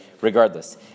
regardless